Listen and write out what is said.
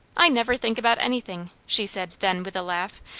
i never think about anything! she said then with a laugh,